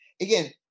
again